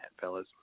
fellas